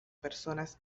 personas